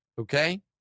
okay